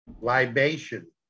libation